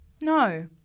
No